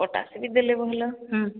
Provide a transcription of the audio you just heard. potash ବି ଦେଲେ ଭଲ